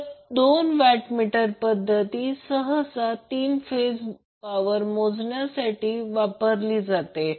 तर 2 वॅटमीटर पद्धत ही सहसा 3 फेज पॉवर मोजण्यासाठी वापरली जाते